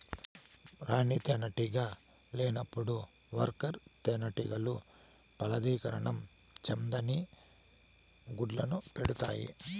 రాణి తేనెటీగ లేనప్పుడు వర్కర్ తేనెటీగలు ఫలదీకరణం చెందని గుడ్లను పెడుతాయి